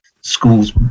schools